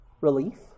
relief